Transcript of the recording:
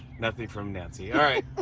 nothing from nancy. alright.